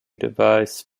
device